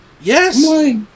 Yes